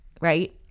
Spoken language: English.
right